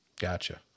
Gotcha